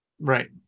Right